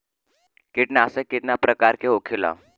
कीटनाशक कितना प्रकार के होखेला?